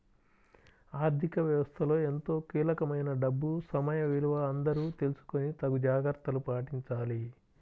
ఆర్ధిక వ్యవస్థలో ఎంతో కీలకమైన డబ్బు సమయ విలువ అందరూ తెలుసుకొని తగు జాగర్తలు పాటించాలి